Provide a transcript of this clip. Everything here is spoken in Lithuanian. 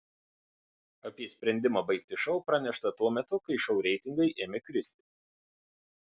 apie sprendimą baigti šou pranešta tuo metu kai šou reitingai ėmė kristi